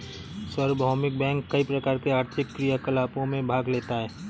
सार्वभौमिक बैंक कई प्रकार के आर्थिक क्रियाकलापों में भाग लेता है